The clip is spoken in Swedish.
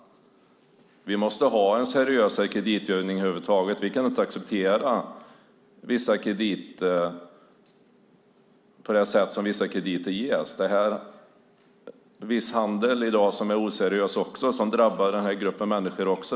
Vi måste ha en seriösare kreditgivning över huvud taget. Vi kan inte acceptera det sätt på vilket vissa krediter ges. Det finns viss handel i dag som är oseriös som drabbar den här gruppen människor också.